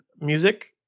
music